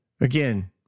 again